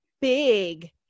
big